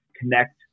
connect